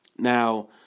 now